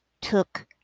took